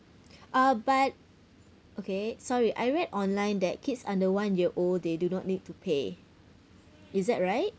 uh but okay sorry I read online that kids under one year old they do not need to pay is that right